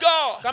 God